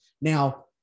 Now